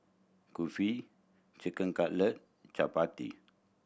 Kulfi Chicken Cutlet Chapati